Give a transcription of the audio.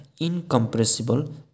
incompressible